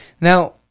Now